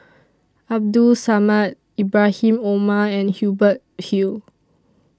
Abdul Samad Ibrahim Omar and Hubert Hill